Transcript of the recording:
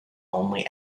only